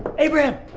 abraham!